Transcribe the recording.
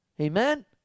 Amen